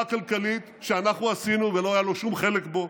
הכלכלית שאנחנו עשינו ולא היה לו שום חלק בה.